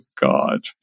God